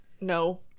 no